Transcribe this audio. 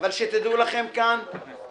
שתדעו לכם כאן